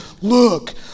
Look